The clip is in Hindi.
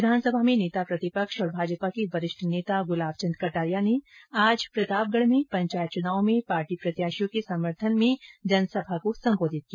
विधानसभा में नेता प्रतिपक्ष और भाजपा के वरिष्ठ नेता गुलाबचंद कटारिया ने आज प्रतापगढ़ में पंचायत चुनाव में पार्टी प्रत्याशियों के समर्थन में आयोजित जनसभा को संबोधित किया